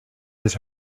his